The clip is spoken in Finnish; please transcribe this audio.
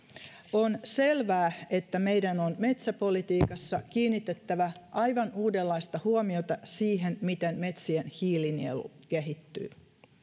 on selvää että meidän on metsäpolitiikassa kiinnitettävä aivan uudenlaista huomiota siihen miten metsien hiilinielu kehittyy